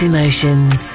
Emotions